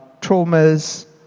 traumas